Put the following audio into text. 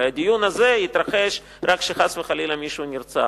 הרי הדיון הזה מתרחש רק כשחס וחלילה מישהו נרצח.